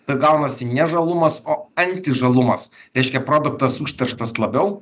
tai gaunasi ne žalumas o antižalumas reiškia produktas užterštas labiau